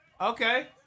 Okay